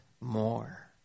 more